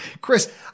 Chris